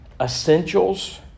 essentials